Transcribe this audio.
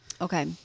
Okay